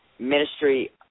Ministry